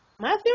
Matthew